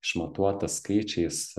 išmatuota skaičiais